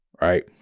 right